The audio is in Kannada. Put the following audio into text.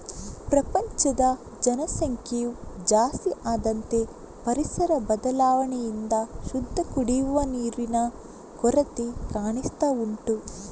ಪ್ರಪಂಚದ ಜನಸಂಖ್ಯೆಯು ಜಾಸ್ತಿ ಆದಂತೆ ಪರಿಸರ ಬದಲಾವಣೆಯಿಂದ ಶುದ್ಧ ಕುಡಿಯುವ ನೀರಿನ ಕೊರತೆ ಕಾಣಿಸ್ತಾ ಉಂಟು